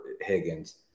Higgins